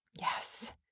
Yes